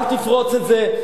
אל תפרוץ את זה.